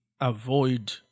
avoid